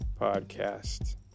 podcast